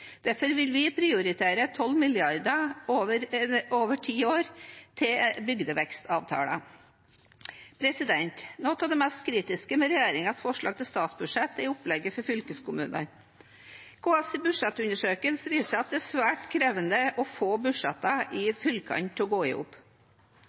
Derfor vil vi prioritere 12 mrd. kr over ti år til bygdevekstavtaler. Noe av det mest kritiske med regjeringens forslag til statsbudsjett er opplegget for fylkeskommunene. KS’ budsjettundersøkelse viser at det er svært krevende å få budsjettene i